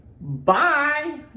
Bye